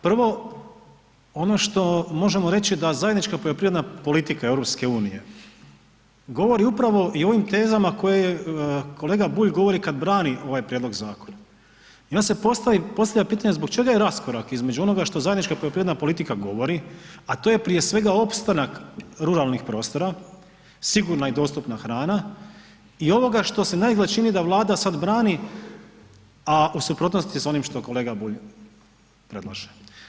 Prvo, ono što možemo reći da zajednička poljoprivredna politika EU-e govori upravo i o ovim tezama koje kolega Bulj govori kad brani ovaj prijedlog zakona. i onda se postavlja pitanje zbog čega je raskorak između onoga što zajednička poljoprivredna politika govori, a to je, prije svega, opstanak ruralnih prostora, sigurna i dostupna hrana i ovoga što se naizgled čini da Vlada sad brani, a u suprotnosti je s onim što kolega Bulj predlaže.